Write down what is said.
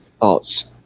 Thoughts